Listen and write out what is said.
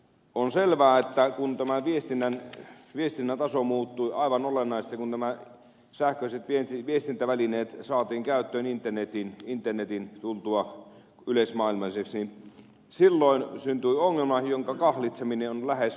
on selvää että kun viestinnän taso muuttui aivan olennaisesti kun nämä sähköiset viestintävälineet saatiin käyttöön internetin tultua yleismaailmalliseksi silloin syntyi ongelma jonka kahlitseminen on lähes mahdotonta